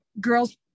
girls